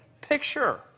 picture